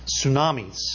tsunamis